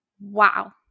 Wow